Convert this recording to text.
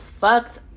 fucked